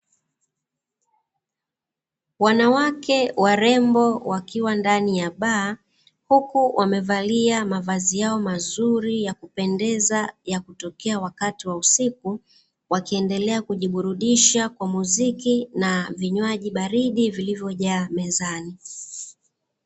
Wanawake warembo wakiwa ndani ya baa, huku wamevalia mavazi yao mazuri ya kupendeza ya kutokea wakati wa usiku. Wakiendelea kujiburudisha kwa muziki na vinywaji baridi vilivyojaa mezani.